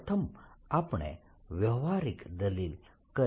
પ્રથમ આપણે વ્યવહારીક દલીલ કરીએ